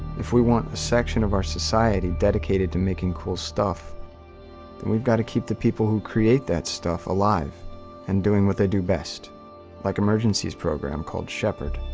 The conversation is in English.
if we want a section of our society dedicated to making cool stuff then we've got to keep the people who create that stuff alive and doing what they do best like emergent see's program called shepherd.